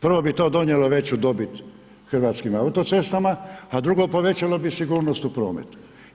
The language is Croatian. Prvo bi to donijelo veću dobit Hrvatskim autocestama a drugo, povećalo bi sigurnost u prometu.